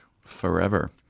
forever